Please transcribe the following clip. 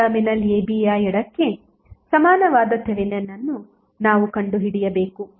terminal abಯ ಎಡಕ್ಕೆ ಸಮಾನವಾದ ಥೆವೆನಿನ್ ಅನ್ನು ನಾವು ಕಂಡುಹಿಡಿಯಬೇಕು